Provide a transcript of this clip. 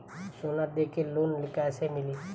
सोना दे के लोन कैसे मिली?